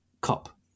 cup